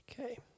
Okay